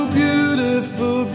beautiful